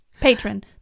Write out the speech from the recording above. patron